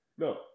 No